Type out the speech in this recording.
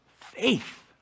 Faith